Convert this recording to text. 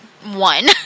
one